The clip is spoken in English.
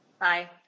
Bye